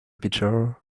pitcher